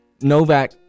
Novak